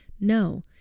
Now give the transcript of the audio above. no